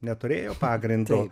neturėjo pagrindo